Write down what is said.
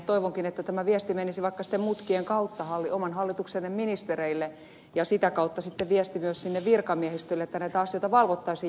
toivonkin että tämä viesti menisi vaikka sitten mutkien kautta oman hallituksenne ministereille ja sitä kautta sitten viesti myös sinne virkamiehistölle että näitä asioita valvottaisiin jatkossa paremmin